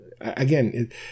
again